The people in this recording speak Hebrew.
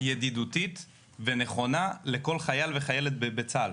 ידידותית ונכונה לכל חייל וחיילת בצה"ל.